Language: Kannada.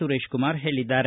ಸುರೇಶಕುಮಾರ್ ಹೇಳಿದ್ದಾರೆ